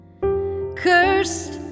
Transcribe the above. Cursed